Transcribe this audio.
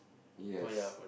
yes